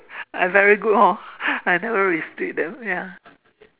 I very good hor I never restrict them ya